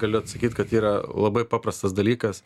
galiu atsakyt kad yra labai paprastas dalykas